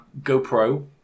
GoPro